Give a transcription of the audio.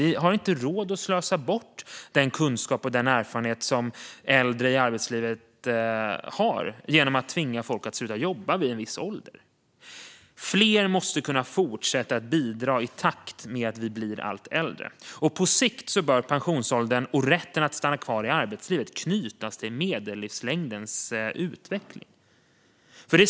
Vi har inte råd att slösa bort den kunskap och den erfarenhet som äldre i arbetslivet har genom att tvinga folk att sluta jobba vid en viss ålder. Fler måste kunna fortsätta att bidra i takt med att vi blir allt äldre. På sikt bör pensionsåldern och rätten att stanna kvar i arbetslivet knytas till medellivslängdens utveckling.